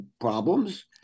problems